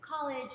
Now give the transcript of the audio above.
college